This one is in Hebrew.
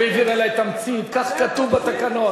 הוא העביר אלי תמצית, כך כתוב בתקנון.